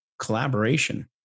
collaboration